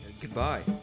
Goodbye